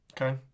Okay